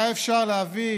היה אפשר להביא